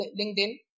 LinkedIn